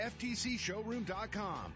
ftcshowroom.com